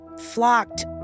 flocked